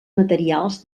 materials